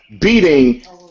beating